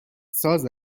ساز